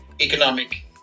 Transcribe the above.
economic